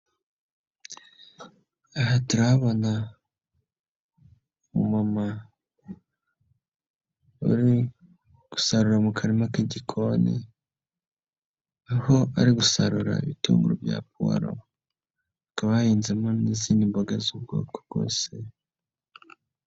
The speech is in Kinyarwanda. Aha turahabona umumama wari gusarura mu karima k'igikoni, aho ari gusarura ibitunguru bya powalo hakaba hahinzemo n'izindi mboga z'ubwoko bwose.